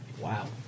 Wow